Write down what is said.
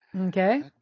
Okay